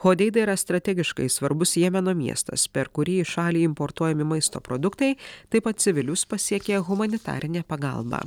hodeida yra strategiškai svarbus jemeno miestas per kurį į šalį importuojami maisto produktai taip pat civilius pasiekia humanitarinė pagalba